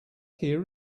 here